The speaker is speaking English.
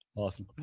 awesome.